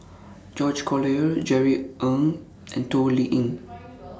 George Collyer Jerry Ng and Toh Liying